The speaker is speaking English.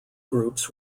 groups